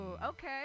Okay